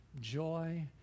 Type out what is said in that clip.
joy